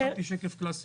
הכנתי שקף קלאסי.